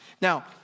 Now